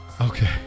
okay